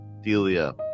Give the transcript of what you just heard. delia